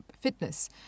fitness